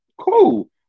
cool